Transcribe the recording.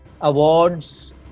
awards